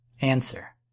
Answer